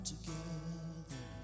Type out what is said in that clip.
together